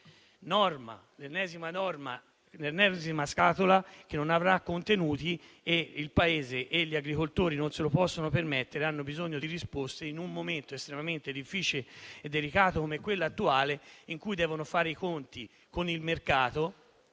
l'ennesima norma-scatola che non avrà contenuti. Il Paese e gli agricoltori non se lo possono permettere e hanno bisogno di risposte, in un momento estremamente difficile e delicato come quello attuale, in cui devono fare i conti con il mercato,